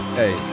hey